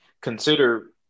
consider